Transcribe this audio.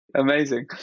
Amazing